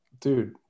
Dude